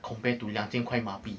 compared to 两千块马币